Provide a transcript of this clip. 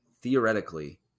theoretically